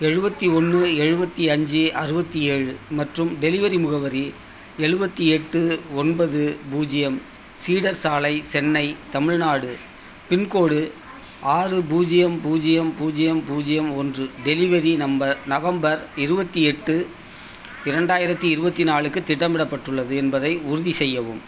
எழுபத்தி ஒன்று எழுபத்தி அஞ்சு அறுபத்தி ஏழு மற்றும் டெலிவரி முகவரி எழுவத்தி எட்டு ஒன்பது பூஜ்ஜியம் சீடர் சாலை சென்னை தமிழ்நாடு பின்கோடு ஆறு பூஜ்ஜியம் பூஜ்ஜியம் பூஜ்ஜியம் பூஜ்ஜியம் ஒன்று டெலிவரி நம்பர் நவம்பர் இருபத்தி எட்டு இரண்டாயிரத்து இருபத்தி நாலுக்கு திட்டமிடப்பட்டுள்ளது என்பதை உறுதி செய்யவும்